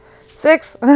Six